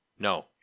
No